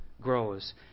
grows